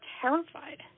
terrified